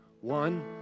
one